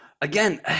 Again